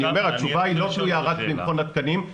התשובה היא לא תלויה רק במכון התקנים,